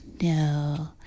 No